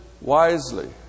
wisely